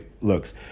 looks